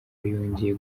yongeye